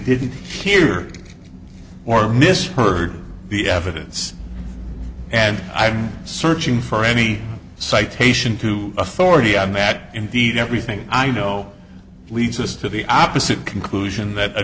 didn't hear or misheard the evidence and i'm searching for any citation to authority on that indeed everything i know leads us to the opposite conclusion that